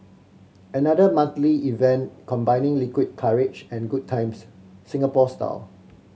another monthly event combining liquid courage and good times Singapore style